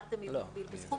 השר תמיד מגביל בסכום,